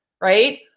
right